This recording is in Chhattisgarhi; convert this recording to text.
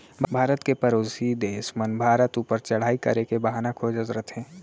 भारत के परोसी देस मन भारत ऊपर चढ़ाई करे के बहाना खोजत रथें